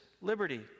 liberty